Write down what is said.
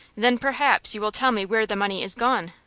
then, perhaps, you will tell me where the money is gone?